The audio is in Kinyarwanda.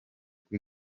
kuri